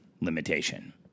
limitation